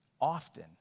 often